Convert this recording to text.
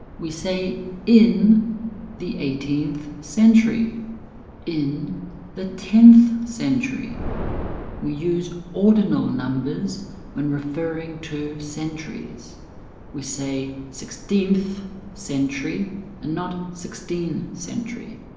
we say in the eighteenth century in the tenth century we use ordinal numbers when referring to centuries we say sixteenth century and not century